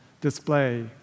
display